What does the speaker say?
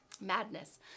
madness